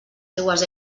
seues